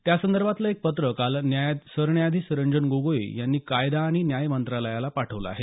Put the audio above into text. त्यासंदर्भातलं एक पत्र काल सरन्यायाधीश रंजन गोगोई यांनी कायदा आणि न्याय मंत्रालयाला पाठवलं आहे